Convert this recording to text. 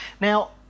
Now